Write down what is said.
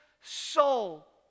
soul